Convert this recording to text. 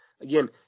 Again